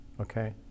Okay